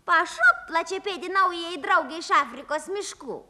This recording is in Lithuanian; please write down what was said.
pašok plačiapėdi naujajai draugei iš afrikos miškų